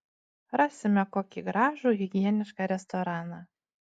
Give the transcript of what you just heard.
rasime kokį gražų higienišką restoraną